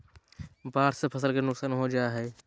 बाढ़ से फसल के नुकसान हो जा हइ